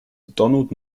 donald